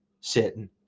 sitting